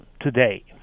today